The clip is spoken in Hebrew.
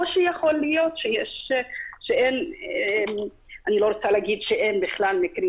או שיכול להיות - אני לא רוצה להגיד שאין בכלל מקרים,